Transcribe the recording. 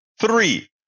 Three